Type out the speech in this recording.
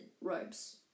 robes